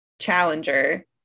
challenger